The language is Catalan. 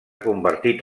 convertit